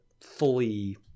fully